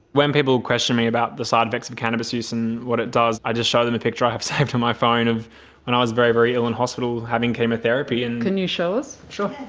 when people question me about the side-effects of cannabis use and what it does i just show them the picture that i have saved on my phone of when i was very, very ill in hospital having chemotherapy. and can you show us? sure,